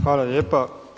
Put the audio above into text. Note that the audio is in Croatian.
Hvala lijepa.